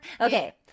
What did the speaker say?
Okay